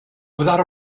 without